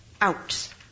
out